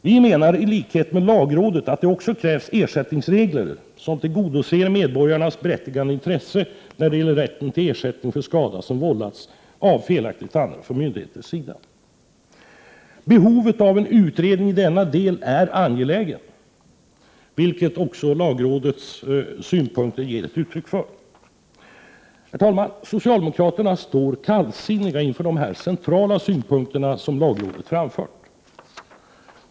Vi menar —i likhet med lagrådet — att det också krävs ersättningsregler som tillgodoser medborgarnas berättigade intressen när det gäller rätten till ersättning för skada som vållats av felaktigt handlande från myndigheters sida. Behovet av en utredning i denna del är angeläget, vilket lagrådets synpunkter också ger uttryck för. Herr talman! Socialdemokraterna står kallsinniga inför dessa centrala synpunkter som lagrådet framfört.